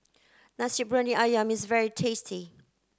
Nasi Briyani Ayam is very tasty